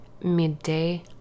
midday